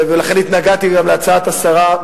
ולכן גם התנגדתי להצעת השרה,